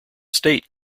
state